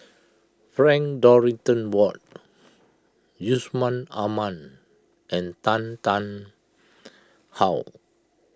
Frank Dorrington Ward Yusman Aman and Tan Tarn How